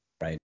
Right